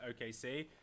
OKC